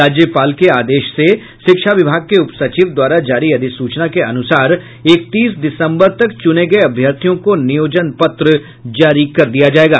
राज्यपाल के आदेश से शिक्षा विभाग के उप सचिव द्वारा जारी अधिसूचना के अनुसार इकतीस दिसम्बर तक चूने गये अभ्यर्थियों को नियोजन पत्र जारी कर दिया जायेगा